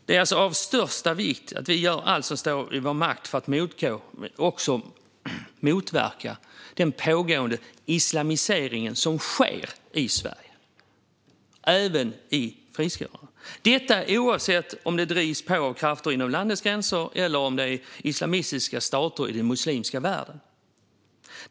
Det är alltså av största vikt att vi gör allt som står i vår makt för att motverka den pågående islamisering som sker i Sverige, även i friskolorna, och detta oavsett om det drivs på av krafter inom landets gränser eller om det är islamistiska stater i den muslimska världen som gör det.